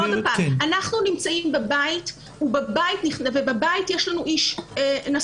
אנחנו נמצאים בבית ובבית יש לנו נשא.